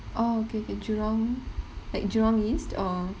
orh okay okay jurong like jurong east or